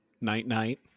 night-night